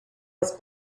was